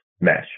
mesh